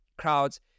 crowds